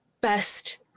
Best